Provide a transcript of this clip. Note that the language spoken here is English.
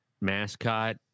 mascot